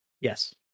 Yes